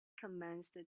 commenced